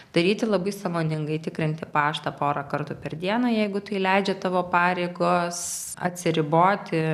daryti labai sąmoningai tikrinti paštą porą kartų per dieną jeigu tai leidžia tavo pareigos atsiriboti